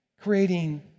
creating